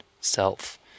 self